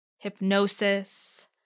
Hypnosis